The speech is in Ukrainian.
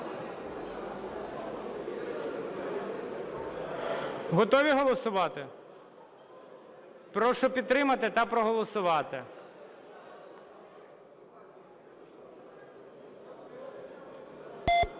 Готові голосувати? Прошу підтримати та проголосувати.